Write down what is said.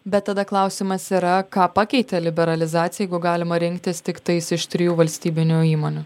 bet tada klausimas yra ką pakeitė liberalizacija jeigu galima rinktis tiktais iš trijų valstybinių įmonių